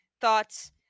thoughts